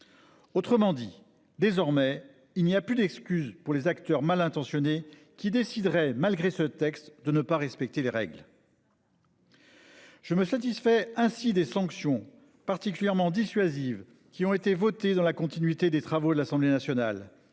Autrement dit, désormais il n'y a plus d'excuse pour les acteurs malintentionnés qui décideraient malgré ce texte de ne pas respecter les règles. Je me satisfait ainsi des sanctions particulièrement dissuasive qui ont été votés dans la continuité des travaux de l'Assemblée nationale,